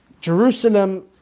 Jerusalem